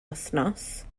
wythnos